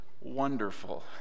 wonderful